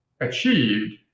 achieved